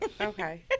okay